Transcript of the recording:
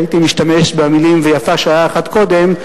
הייתי משתמש במלים "ויפה שעה אחת קודם".